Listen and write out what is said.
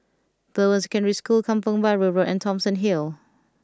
Bowen Secondary School Kampong Bahru Road and Thomson Hill